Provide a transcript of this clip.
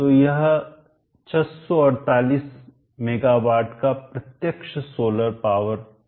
तो यह 648 मेगावाट का प्रत्यक्ष सोलर पावर प्लांट है